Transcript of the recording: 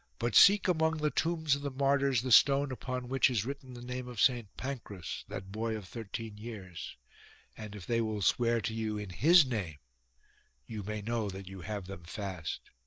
but seek among the tombs of the martyrs the stone upon which is written the name of st pancras, that boy of thirteen years and if they will swear to you in his name you may know that you have them fast.